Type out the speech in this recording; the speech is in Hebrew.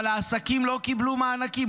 אבל העסקים לא קיבלו מענקים,